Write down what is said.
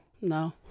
no